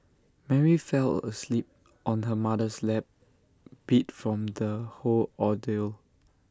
Mary fell asleep on her mother's lap beat from the whole ordeal